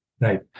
right